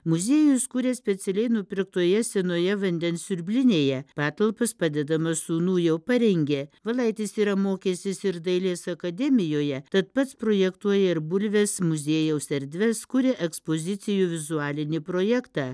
muziejus kuria specialiai nupirktoje senoje vandens siurblinėje patalpas padedamas sūnų jau parengė valaitis yra mokęsis ir dailės akademijoje tad pats projektuoja ir bulvės muziejaus erdves kuria ekspozicijų vizualinį projektą